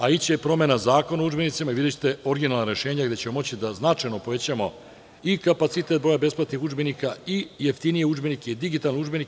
Ići će i promena Zakona o udžbenicima i videćete originalna rešenja, gde ćemo moći da značajno povećamo i kapacitet broja besplatnih udžbenika i jeftinije udžbenike i digitalne udžbenike.